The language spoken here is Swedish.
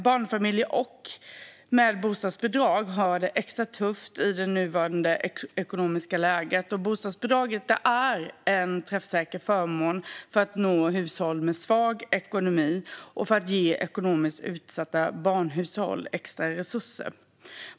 Barnfamiljer med bostadsbidrag har det extra tufft i det nuvarande ekonomiska läget, och bostadsbidraget är en träffsäker förmån för att nå hushåll med svag ekonomi och för att ge ekonomiskt utsatta barnhushåll extra resurser.